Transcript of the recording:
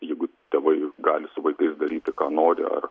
jeigu tėvai gali su vaikais daryti ką nori ar